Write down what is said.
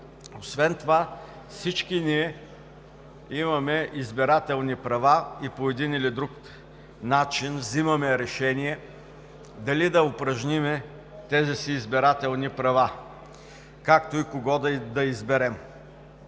Освен това всички ние имаме избирателни права и по един или друг начин взимаме решение дали да упражним тези си избирателни права, както и кого да изберем.